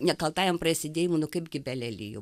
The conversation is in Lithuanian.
nekaltajam prasidėjimui nu kaipgi be lelijų